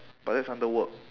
but that's under work